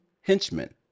henchmen